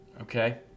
Okay